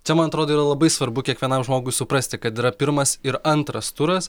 čia man atrodo yra labai svarbu kiekvienam žmogui suprasti kad yra pirmas ir antras turas